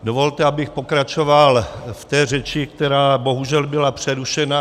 Dovolte, abych pokračoval v té řeči, která bohužel byla přerušena.